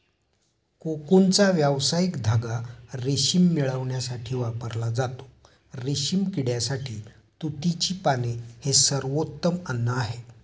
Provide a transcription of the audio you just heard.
कोकूनचा व्यावसायिक धागा रेशीम मिळविण्यासाठी वापरला जातो, रेशीम किड्यासाठी तुतीची पाने हे सर्वोत्तम अन्न आहे